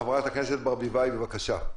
חברת הכנסת ברביבאי, בבקשה.